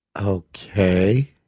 Okay